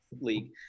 League